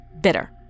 bitter